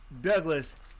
Douglas